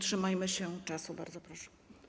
Trzymajmy się czasu, bardzo proszę.